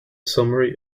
summary